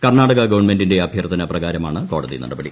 കർണ്ണാടക ഗവൺമെന്റിന്റെ അഭ്യർത്ഥന പ്രകാരമാണ് കോടതി നടപടി